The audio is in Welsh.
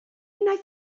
wnaeth